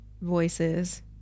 voices